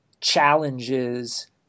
challenges